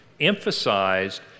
emphasized